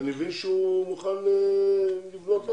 אני מבין שהוא מוכן לבנות עוד.